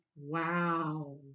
Wow